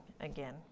again